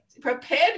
prepared